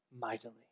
mightily